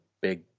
big